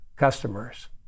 customers